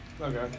Okay